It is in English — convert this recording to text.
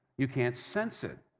you can't sense it.